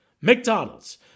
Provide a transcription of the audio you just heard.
McDonald's